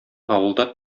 авылда